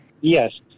Yes